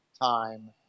time